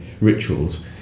rituals